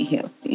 healthy